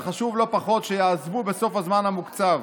וחשוב לא פחות שיעזבו בסוף הזמן המוקצב.